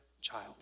child